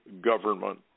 government